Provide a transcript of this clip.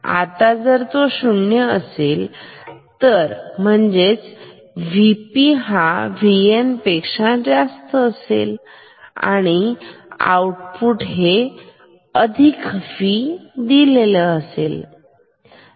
आता जर हा 0 असेल अधिक असेल म्हणजे Vp हे VN पेक्षा जास्त असेलतर आउटपुट अधिक V दिलेले असेल